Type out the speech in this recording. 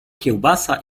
kiełbasa